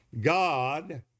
God